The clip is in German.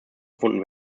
gefunden